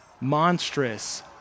monstrous